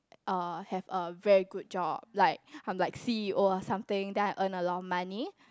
uh have a very good job like I'm like C_E_O or something then I earn a lot of money